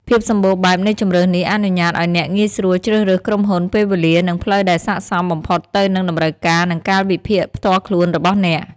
ភាពសម្បូរបែបនៃជម្រើសនេះអនុញ្ញាតឱ្យអ្នកងាយស្រួលជ្រើសរើសក្រុមហ៊ុន ពេលវេលា និងផ្លូវដែលស័ក្តិសមបំផុតទៅនឹង តម្រូវការ និងកាលវិភាគផ្ទាល់ខ្លួន របស់អ្នក។